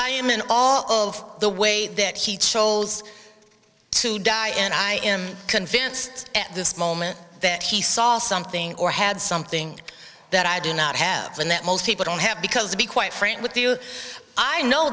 i am and all of the way that he chose to die and i am convinced at this moment that he saw something or had something that i do not have and that most people don't have because to be quite frank with you i know